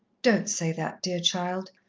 don't say that, dear child.